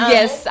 Yes